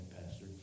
Pastor